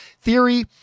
theory